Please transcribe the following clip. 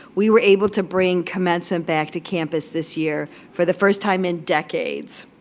we were able to bring commencement back to campus this year for the first time in decades.